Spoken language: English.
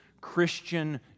Christian